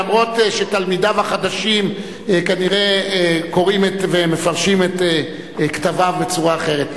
אף-על-פי שתלמידיו החדשים כנראה קוראים ומפרשים את כתביו בצורה אחרת.